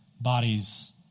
bodies